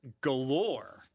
galore